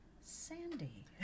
Sandy